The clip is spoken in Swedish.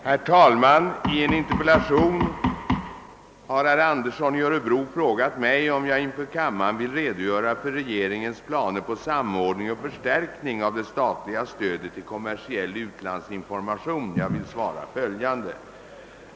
Herr talman! I en interpellation har herr Andersson i Örebro frågat mig om jag inför kammaren vill redogöra för regeringens planer på samordning och förstärkning av det statliga stödet till kommersiell utlandsinformation. Jag vill svara följande.